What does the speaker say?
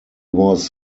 was